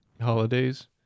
holidays